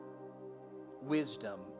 wisdom